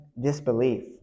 disbelief